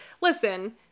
listen